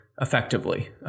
effectively